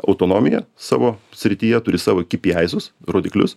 autonomiją savo srityje turi savo kipy aisus rodiklius